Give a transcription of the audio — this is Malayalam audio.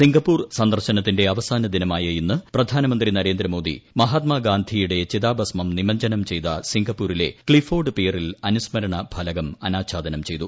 സിംഗപ്പൂർ സന്ദർശനത്തിന്റെ അവസാന ദിനമായ ഇന്ന് പ്രധാനമന്ത്രി നരേന്ദ്രമോദി മഹാത്മാഗാന്ധിയുടെ ചിതാഭസ്മം നിമഞ്ജനം ചെയ്ത സിങ്കപ്പൂരിലെ ക്ലിഫോർഡ് പിയറിൽ അനുസ്മരണ ഫലകം അനാഛാദനം ചെയ്തു